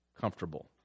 comfortable